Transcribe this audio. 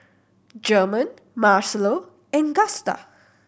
German Marcelo and Gusta